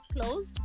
close